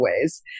ways